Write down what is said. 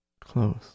close